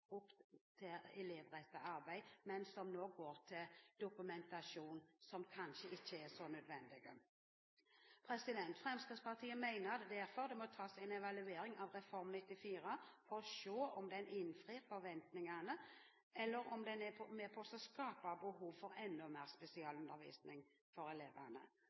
elevrettet arbeid, men som nå går til dokumentasjon, som kanskje ikke er så nødvendig. Fremskrittspartiet mener det derfor må tas en evaluering av Reform 94 for å se om den innfrir forventningene, eller om den er med på å skape behov for enda mer spesialundervisning for